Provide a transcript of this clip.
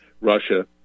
Russia